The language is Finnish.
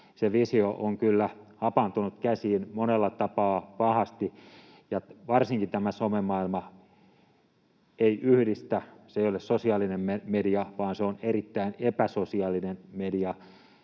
se visio on kyllä hapantunut käsiin monella tapaa pahasti. Varsinkaan tämä somemaailma ei yhdistä, se ei ole sosiaalinen media, vaan se on erittäin epäsosiaalinen media.